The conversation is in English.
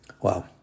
Wow